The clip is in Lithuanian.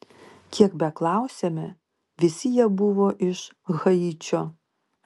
kiek beklausėme visi jie buvo iš haičio